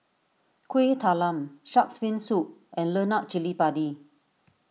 Kuih Talam Shark's Fin Soup and Lemak Cili Padi